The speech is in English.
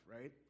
right